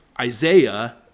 Isaiah